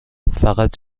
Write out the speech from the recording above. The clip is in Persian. فقط